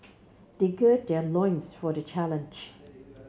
they gird their loins for the challenge